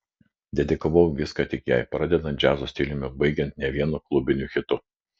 dedikavau viską tik jai pradedant džiazo stiliumi baigiant ne vienu klubiniu hitu